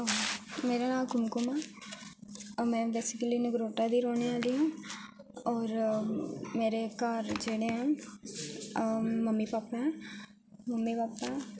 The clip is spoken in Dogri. मेरा नांऽ कुमकुम ऐ मैं बेसिकली नगरोटा दी रौह्ने आह्ली आं होर मेरे घर जेह्ड़े हे मम्मी पापा ऐ मम्मी पापा ऐ